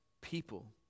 people